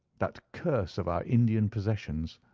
that curse of our indian possessions.